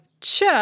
ch